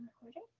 recording